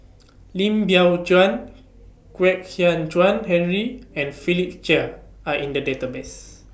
Lim Biow Chuan Kwek Hian Chuan Henry and Philip Chia Are in The Database